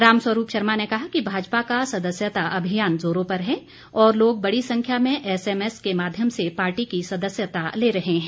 राम स्वरूप शर्मा ने कहा कि भाजपा का सदस्यता अभियान जोरों पर है और लोग बड़ी संख्या में एसएमएस के माध्यम से पार्टी की सदस्यता ले रहे हैं